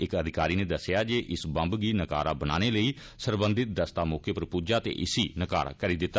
इक अधिकारी नै दस्सेआ जे इस बम्ब गी नकारा बनाने लेई मुत्तलका दस्ता मौके पर पुज्जा ते इसी नकारा करी दिता